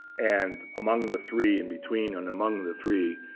and among the three in between, and among the three,